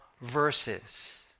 verses